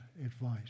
advice